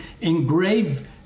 Engrave